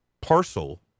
parcel